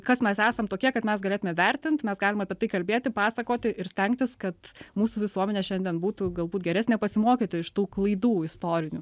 kas mes esam tokie kad mes galėtume vertint mes galim apie tai kalbėti pasakoti ir stengtis kad mūsų visuomenė šiandien būtų galbūt geresnė pasimokyti iš tų klaidų istorinių